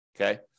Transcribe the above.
Okay